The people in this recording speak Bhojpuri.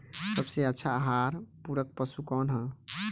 सबसे अच्छा आहार पूरक पशु कौन ह?